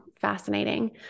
Fascinating